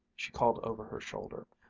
she called over her shoulder.